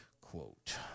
quote